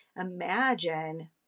Imagine